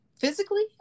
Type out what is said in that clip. physically